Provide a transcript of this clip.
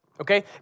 Okay